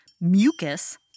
mucus